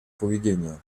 поведения